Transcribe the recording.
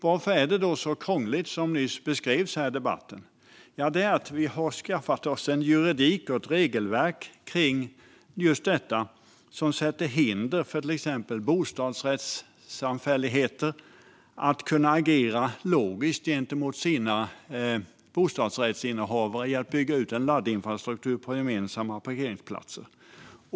Varför är det då så krångligt, som nyss beskrevs här i debatten? Det beror på att vi har skaffat oss en juridik och ett regelverk kring just detta som sätter hinder för till exempel bostadsrättsföreningar och samfälligheter att agera logiskt gentemot sina bostadsrättsinnehavare att bygga ut en laddinfrastruktur på gemensamma parkeringsplatser.